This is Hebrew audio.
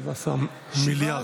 17 מיליארד.